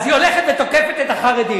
אז היא הולכת ותוקפת את החרדים,